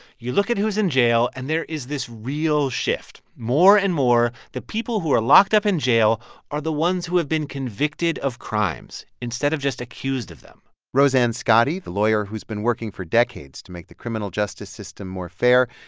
you look at who's in jail, and there is this real shift. more and more, the people who are locked up in jail are the ones who have been convicted of crimes instead of just accused of them roseanne scotti, the lawyer who's been working for decades to make the criminal justice system more fair,